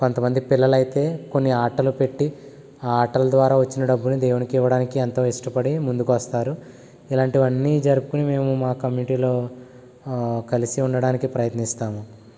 కొంతమంది పిల్లలు అయితే కొన్ని ఆ ఆటలు పెట్టి ఆటల ద్వారా వచ్చిన డబ్బుల్ని దేవునికి ఇవ్వడానికి ఎంతో ఇష్టపడి ముందుకు వస్తారు ఇలాంటివి అన్నీ జరుపుకుని మేము మా కమిటీలో కలిసి ఉండడానికి ప్రయత్నిస్తాము